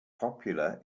popular